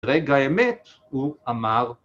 רגע האמת הוא אמר